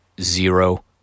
zero